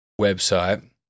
website